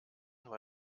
war